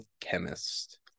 chemist